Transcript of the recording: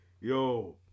Yo